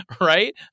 right